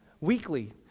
weekly